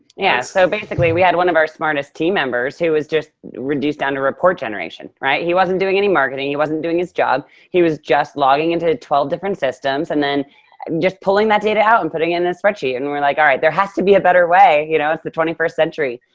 yeah, so basically we had one of our smartest team members who was just reduced down to report generation, right? he wasn't doing any marketing, he wasn't doing his job. he was just logging into twelve different systems and then just pulling that data out and putting it in a spreadsheet. and were like, all right, there has to be a better way. you know it's the twenty first century.